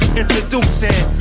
introducing